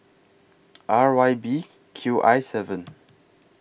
R Y B Q I seven